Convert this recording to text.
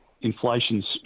inflation's